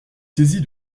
saisie